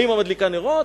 אמא מדליקה נרות,